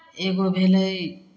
एगो भेलै